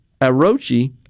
Arochi